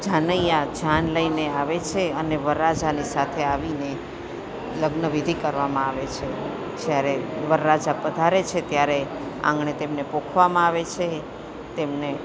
જાનૈયા જાન લઈને આવે છે અને વરરાજાની સાથે આવીને લગ્ન વિધિ કરવામાં આવે છે જ્યારે વરરાજા પધારે છે ત્યારે આંગણે તેમને પોખવામાં આવે છે તેમને